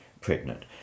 pregnant